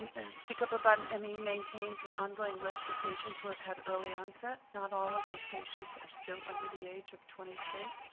and speak up about me maintains an ongoing list of patients who have early onset. not all of those patients are still under the age of twenty three,